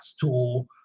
tool